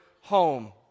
home